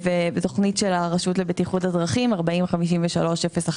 בתוכנית של הרשות לבטיחות בדרכים, 40-53-01